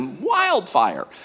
wildfire